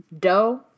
dough